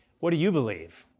what do you believe?